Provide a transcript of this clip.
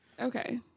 Okay